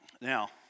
Now